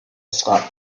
slot